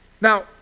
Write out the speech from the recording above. now